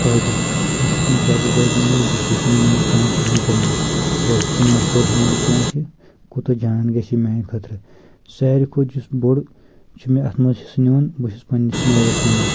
پھٲیدٕ بہٕ چھُس نہٕ جَلٕد بٲزی منٛز ڈیسِشَن نِوَان کانٛہہ تہِ ہنٛگتہٕ منٛگہ گۄڈٕ چھُس بہٕ مَشوَر ہیٚون کٲنٛسہِ کوتاہ جان گژھِ یہِ میانہِ خٲطرٕ ساروی کھۄتہٕ یُس بوٚڑ چھُ مےٚ اتھ منٛز حِصہٕ نِیُن بہٕ چھُس پَننِس مٲلِس وَنان